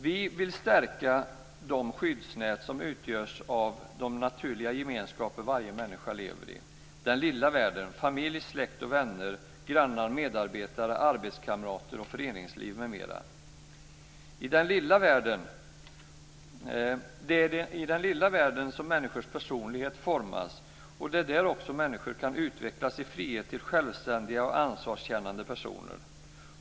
Vi vill stärka de skyddsnät som utgörs av de naturliga gemenskaper som varje människa lever i - den lilla världen, alltså familj, släkt, vänner, grannar, medarbetare, arbetskamrater, föreningsliv m.m. Det är i den lilla världen som människors personlighet formas och det är där som människor kan utvecklas i frihet till självständiga och ansvarskännande personer.